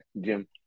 Jim